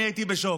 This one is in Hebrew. אני הייתי בשוק.